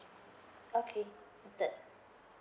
okay mm